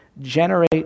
generate